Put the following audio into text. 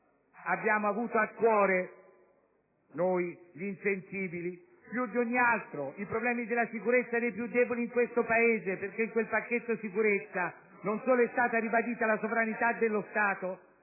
Abbiamo avuto a cuore, noi, gli insensibili, più di ogni altro i problemi della sicurezza dei più deboli in questo Paese perché nel pacchetto sicurezza non solo è stata ribadita la sovranità dello Stato,